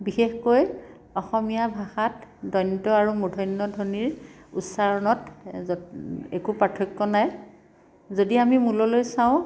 বিশেষকৈ অসমীয়া ভাষাত দন্ত্য আৰু মূৰ্ধন্য ধ্বনিৰ উচ্চাৰণত য'ত একো পাৰ্থক্য নাই যদি আমি মূললৈ চাওঁ